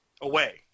away